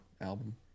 album